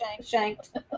Shanked